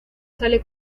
sale